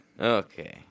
Okay